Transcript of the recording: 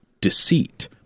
deceit